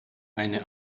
eine